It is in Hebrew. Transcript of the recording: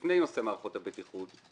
לפני נושא מערכות הבטיחות.